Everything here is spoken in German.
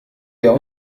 der